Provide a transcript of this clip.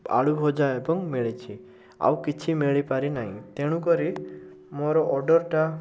ଆଳୁ ଭଜା ଏବଂ ମିଳିଛି ଆଉକିଛି ମିଳିପାରି ନାଇଁ ତେଣୁକରି ମୋର ଅର୍ଡ଼ର୍ ଟା